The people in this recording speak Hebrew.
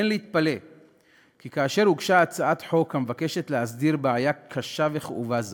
אין להתפלא כי כאשר הוגשה הצעת חוק המבקשת להסדיר בעיה קשה וכאובה זו,